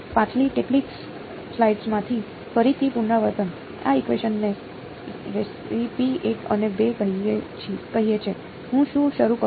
પાછલી કેટલીક સ્લાઇડ્સમાંથી ફરીથી પુનરાવર્તન આ ઇકવેશન ની રેસીપી 1 અને 2 કહે છે હું શું શરૂ કરું